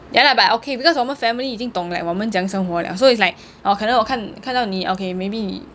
ya lah but okay because 我们 family 已经懂 like 我们怎样生活了 so it's like 可能我看看到你 okay maybe